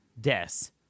deaths